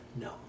No